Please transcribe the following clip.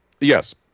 Yes